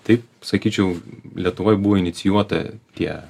taip sakyčiau lietuvoj buvo inicijuota tie